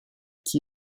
qui